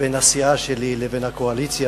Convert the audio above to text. בין הסיעה שלי לבין הקואליציה.